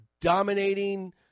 dominating